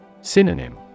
Synonym